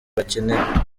bakenera